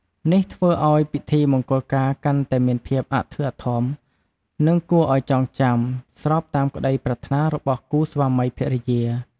នេះធ្វើឲ្យពិធីមង្គលការកាន់តែមានភាពអធិកអធម និងគួរឲ្យចងចាំ ស្របតាមក្តីប្រាថ្នារបស់គូស្វាមីភរិយា។